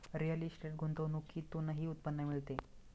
real estate गुंतवणुकीतूनही उत्पन्न मिळते